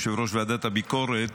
יושב-ראש ועדת הביקורת,